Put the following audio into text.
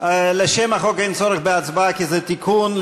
לשם החוק, אין צורך בהצבעה, כי זה תיקון.